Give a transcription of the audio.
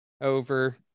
over